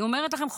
אני אומרת לכם,